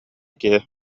киһи